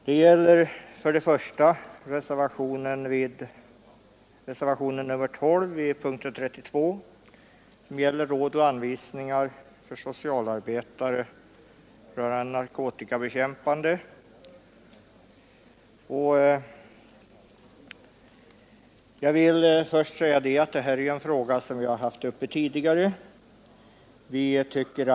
Det gäller först reservationen 12 vid punkten 32 beträffande råd och anvisningar för socialarbetare rörande narkotikamissbrukets bekämpande. Det här är en fråga som vi har haft uppe till diskussion tidigare.